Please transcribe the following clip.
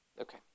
Okay